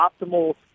optimal